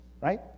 right